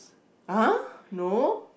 !huh! no